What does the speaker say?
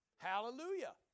Hallelujah